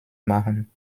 machen